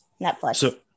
Netflix